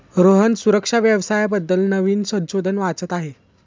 रोहन सुरक्षा व्यवसाया बद्दल नवीन संशोधन वाचत आहे